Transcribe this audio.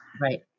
Right